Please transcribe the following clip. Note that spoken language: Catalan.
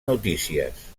notícies